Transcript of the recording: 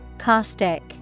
Caustic